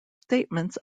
statements